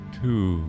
two